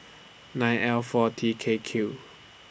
nine L four T K Q